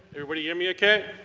everybody hear me okay?